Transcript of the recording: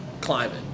climate